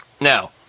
Now